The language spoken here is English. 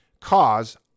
cause